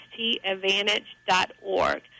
stadvantage.org